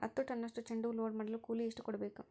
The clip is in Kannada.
ಹತ್ತು ಟನ್ನಷ್ಟು ಚೆಂಡುಹೂ ಲೋಡ್ ಮಾಡಲು ಎಷ್ಟು ಕೂಲಿ ಕೊಡಬೇಕು?